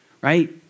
right